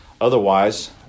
otherwise